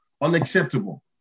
Unacceptable